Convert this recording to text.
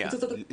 הקיצוץ -- שנייה.